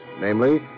namely